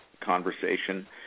conversation